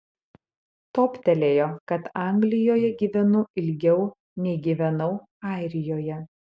toptelėjo kad anglijoje gyvenu ilgiau nei gyvenau airijoje